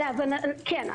כן.